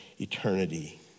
eternity